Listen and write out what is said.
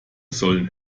sollen